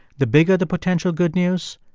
the bigger the potential good news,